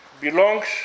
belongs